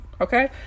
okay